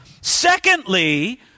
Secondly